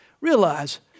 Realize